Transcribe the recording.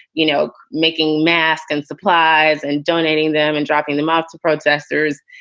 you know, making masks and supplies and donating them and dropping them off to protesters,